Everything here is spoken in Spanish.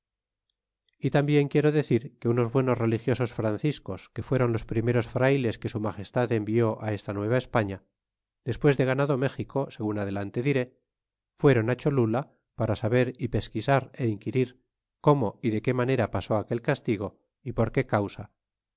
y tambien quiero decir que unos buenos religiosos franciscos que fuéron los primeros frayles que su magestad envió esta nueva españa despues de ganado méxico segun adelante diré fuéron á c holula para saber y pesquisar é inquirir cómo y de qué manera pasó aquel castigo é por qué causa